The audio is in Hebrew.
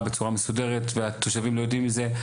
בצורה מסודרת והתושבים לא יודעים מזה,